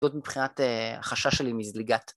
‫זאת מבחינת החשש שלי מזליגת.